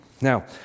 Now